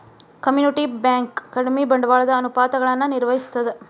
community bank ಕಡಿಮಿ ಬಂಡವಾಳದ ಅನುಪಾತಗಳನ್ನ ನಿರ್ವಹಿಸ್ತದ